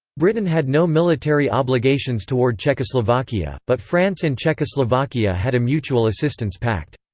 britain had no military obligations toward czechoslovakia, but france and czechoslovakia had a mutual assistance pact.